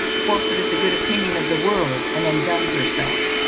forfeited the good opinion of the world, and undone herself